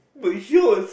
but is yours